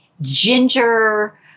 ginger